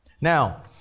Now